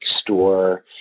store